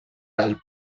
del